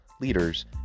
leaders